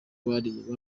bariye